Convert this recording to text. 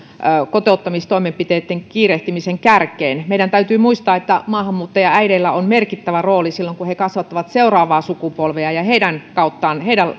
kotouttamistoimenpiteitten kiirehtimisen kärkeen meidän täytyy muistaa että maahanmuuttajaäideillä on merkittävä rooli silloin kun he kasvattavat seuraavaa sukupolvea ja heidän kauttaan heidän